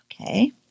Okay